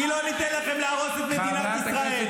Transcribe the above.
כי לא ניתן לכם להרוס את מדינת ישראל.